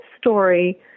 story